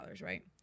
right